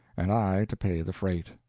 and i to pay the freight.